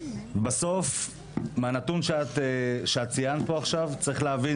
בסוף מהנתון שאת ציינת פה עכשיו צריך להבין